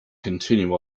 continue